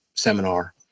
seminar